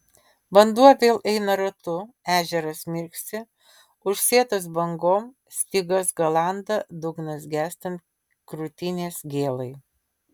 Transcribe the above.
vanduo vėl eina ratu ežeras mirksi užsėtas bangom stygas galanda dugnas gęstant krūtinės gėlai